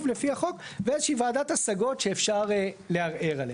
לפי החוק ואיזה שהיא ועדת השגות שאפשר לערער עליה.